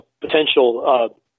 potential